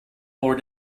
poor